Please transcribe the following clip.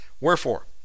Wherefore